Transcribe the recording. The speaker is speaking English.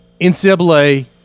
NCAA